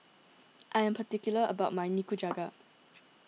I am particular about my Nikujaga